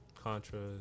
Contra